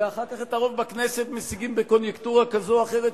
ואחר כך את הרוב בכנסת משיגים בקוניונקטורה כזאת או אחרת,